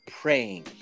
praying